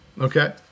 Okay